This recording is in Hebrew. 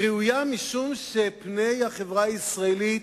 היא ראויה משום שפני החברה הישראלית